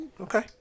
Okay